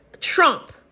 Trump